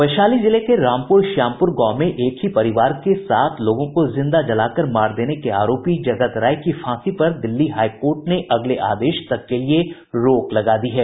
वैशाली जिले के रामपुर श्यामपुर गांव में एक ही परिवार के सात लोगों को जिंदा जलाकर मार देने के आरोपी जगत राय की फांसी पर दिल्ली हाई कोर्ट ने अगले आदेश तक के लिए रोक लगा दी है